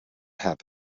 have